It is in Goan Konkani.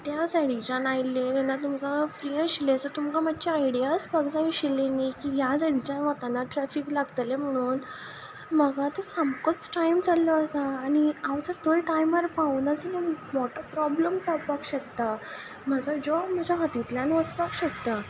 त्या सायडीच्यान आयिल्ले तेन्ना तुमकां फ्री आशिल्लें सो तुमकां मातशे आयडिया आसपाक जाय आशिल्ली न्ही की ह्या सायडीच्यान वताना ट्रॅफिक लागतलें म्हुणून म्हाका आतां सामकोच टायम जाल्लो आसा आनी हांव जर थंय टायमार पावना जाल्यार मोठें प्रोब्लम जावपाक शकता म्हाजो जॉब म्हाज्या हातींतल्यान वचपाक शकता